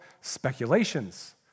speculations